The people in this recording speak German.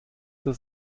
das